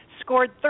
scored